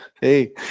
hey